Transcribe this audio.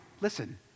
listen